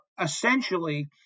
essentially